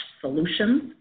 solutions